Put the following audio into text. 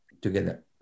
together